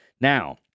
now